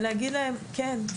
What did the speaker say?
ולהגיד להם: כן,